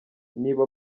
niba